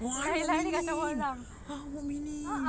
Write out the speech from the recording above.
!wah! really ah mukminin